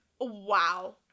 wow